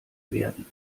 werden